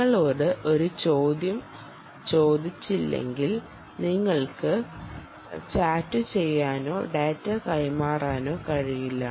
നിങ്ങളോട് ഒരു ചോദ്യം ചോദിച്ചില്ലെങ്കിൽ നിങ്ങൾക്ക് ചാറ്റുചെയ്യാനോ ഡാറ്റ കൈമാറാനോ കഴിയില്ല